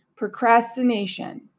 procrastination